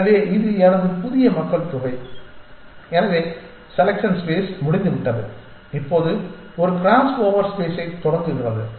எனவே இது எனது புதிய மக்கள் தொகை எனவே செலெக்சன் ஸ்பேஸ் முடிந்துவிட்டது இப்போது ஒரு கிராஸ்ஓவர் ஸ்பேஸைத் தொடங்குகிறது